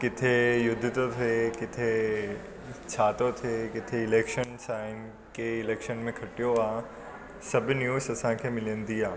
किथे युद्ध थो थिए किथे छा थो थिए किथे इलेक्शन्स आहिनि कंहिं इलेक्शन में खटियो आहे सभु न्यूज़ असांखे मिलंदी आहे